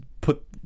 Put